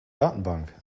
datenbank